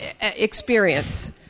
experience